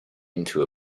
into